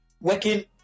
working